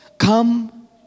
Come